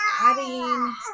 adding